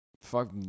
Fuck